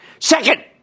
Second